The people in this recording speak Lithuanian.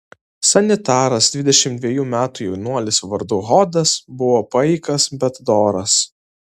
sanitaras dvidešimt dvejų metų jaunuolis vardu hodas buvo paikas bet doras